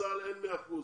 בצה"ל אין 100 אחוזים.